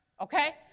okay